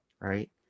Right